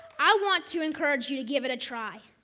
i want to encourage you to give it a try.